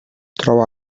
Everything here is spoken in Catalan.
troba